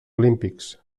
olímpics